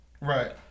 Right